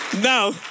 Now